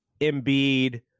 Embiid